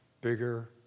bigger